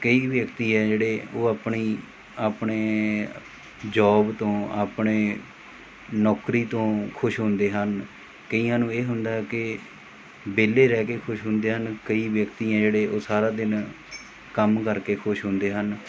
ਕਈ ਵਿਅਕਤੀ ਹੈ ਜਿਹੜੇ ਉਹ ਆਪਣੀ ਆਪਣੇ ਜੋਬ ਤੋਂ ਆਪਣੇ ਨੌਕਰੀ ਤੋਂ ਖੁਸ਼ ਹੁੰਦੇ ਹਨ ਕਈਆਂ ਨੂੰ ਇਹ ਹੁੰਦਾ ਕਿ ਵਿਹਲੇ ਰਹਿ ਕੇ ਖੁਸ਼ ਹੁੰਦੇ ਹਨ ਕਈ ਵਿਅਕਤੀ ਐਂ ਜਿਹੜੇ ਉਹ ਸਾਰਾ ਦਿਨ ਕੰਮ ਕਰਕੇ ਖੁਸ਼ ਹੁੰਦੇ ਹਨ